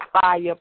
fire